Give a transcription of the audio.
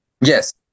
Yes